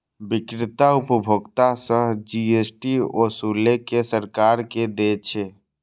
बिक्रेता उपभोक्ता सं जी.एस.टी ओसूलि कें सरकार कें दै छै